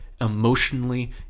emotionally